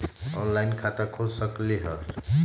Online खाता खोल सकलीह?